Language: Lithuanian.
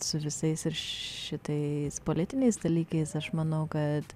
su visais ir šitais politiniais dalykais aš manau kad